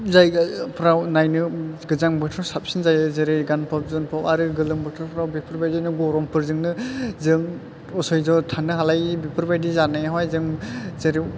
जाय जायगाफ्राव नायनो गोजां बोथोराव साबसिन जायो जेरै गानफब जोमफब आरो गोलोम बोथोरफ्राव बेफोर बायदि गरमफोरजोंनो जों असयज' थानो हालायै बेफोरबायदि जानायावहाय जों जेराव